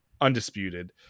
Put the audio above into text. undisputed